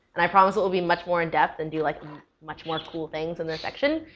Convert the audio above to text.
and i promise it will be much more in depth and do like yeah much more cool things in this section.